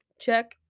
Check